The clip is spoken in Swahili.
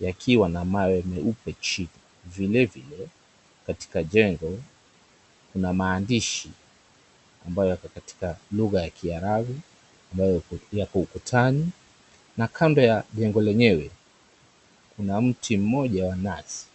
yakiwa na mawe meupe chini, vilevile katika jengo kuna maandishi ambayo yako katika lugha ya kiarabu, ambayo yako ukutani na kando ya jengo lenyewe kuna mti mmoja wa nazi.